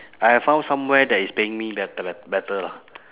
I have found somewhere that is paying me better be~ better lah